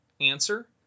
answer